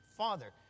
father